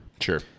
Sure